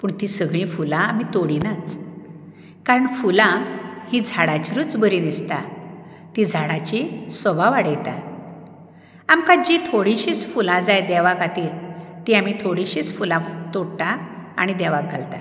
पूण तीं सगळीं फुलां आमी तोडिनात कारण फुलां हीं झाडांचेरूच बरीं दिसता तीं झाडांची सोबाय वाडयता आमकां जीं थोडींशींच फुलां जाय देवा खातीर तीं आमी थोडींशींच फुलां तोडटा आनी देवाक घालता